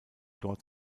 dort